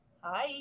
Hi